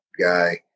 guy